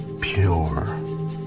pure